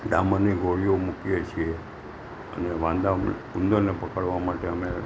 ડામરની ગોળીઓ મૂકીએ છીએ અને વાંદા ઉ ઉંદરને પકડવા માટે અમે